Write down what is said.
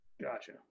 Gotcha